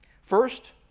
First